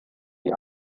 die